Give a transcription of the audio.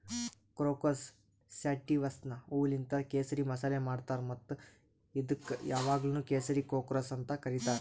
crocus ಸ್ಯಾಟಿವಸ್ನ ಹೂವೂಲಿಂತ್ ಕೇಸರಿ ಮಸಾಲೆ ಮಾಡ್ತಾರ್ ಮತ್ತ ಇದುಕ್ ಯಾವಾಗ್ಲೂ ಕೇಸರಿ ಕ್ರೋಕಸ್ ಅಂತ್ ಕರಿತಾರ್